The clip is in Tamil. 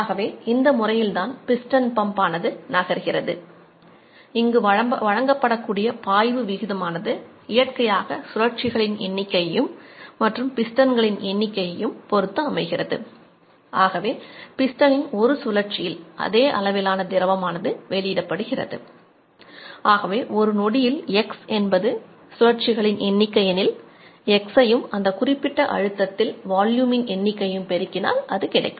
ஆகவே இந்த முறையில்தான் பிஸ்டன் பம்ப் பெருக்கினால் கிடைக்கும்